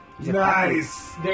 Nice